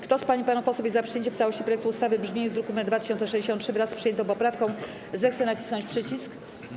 Kto z pań i panów posłów jest za przyjęciem w całości projektu ustawy w brzmieniu z druku nr 2063, wraz z przyjętą poprawką, zechce nacisnąć przycisk.